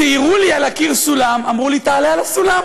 ציירו לי על הקיר סולם, אמרו לי: תעלה על הסולם.